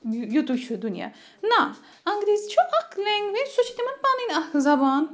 یُتُے چھُ دُنیا نَہ انٛگریٖزی چھُ اَکھ لٮ۪نٛگویج سُہ چھِ تِمَن پَنٕنۍ اَکھ زَبان